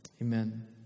amen